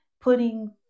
putting